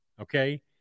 okay